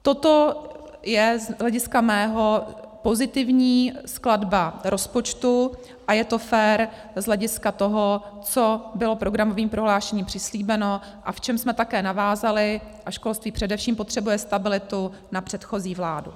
Toto je z hlediska mého pozitivní skladba rozpočtu a je to fér z hlediska toho, co bylo programovým prohlášením přislíbeno a v čem jsme také navázali a školství především potřebuje stabilitu na předchozí vládu.